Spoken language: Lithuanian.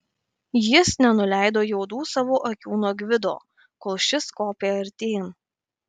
jis nenuleido juodų savo akių nuo gvido kol šis kopė artyn